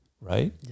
right